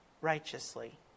righteously